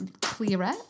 Clearer